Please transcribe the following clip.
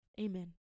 Amen